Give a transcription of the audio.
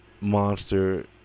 monster